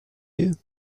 you